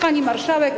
Pani Marszałek!